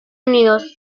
unidos